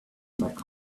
back